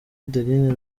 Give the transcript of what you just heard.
adeline